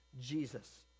Jesus